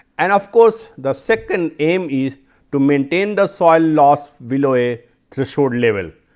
and of course, the second aim is to maintain the soil loss below a threshold level.